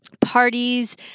parties